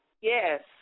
Yes